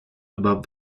above